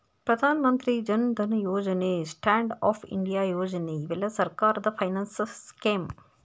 ಪ್ರಧಾನ Mantri Jan Dhan Yojana stand up India Yojana ಇವೆಲ್ಲ ಸರ್ಕಾರದ ಫೈನಾನ್ಸ್ ಸ್ಕೇಮ್